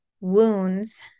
wounds